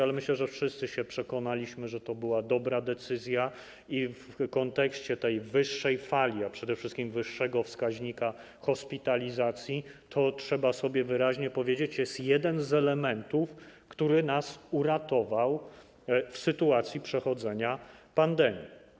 Ale myślę, że wszyscy się przekonaliśmy, że to była dobra decyzja, i w kontekście tej wyższej fali, a przede wszystkim wyższego wskaźnika hospitalizacji to jest, trzeba sobie wyraźnie powiedzieć, jeden z elementów, który nas uratował w sytuacji pandemii.